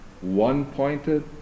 one-pointed